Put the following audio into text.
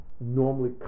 normally